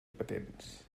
patents